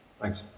Thanks